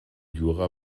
jura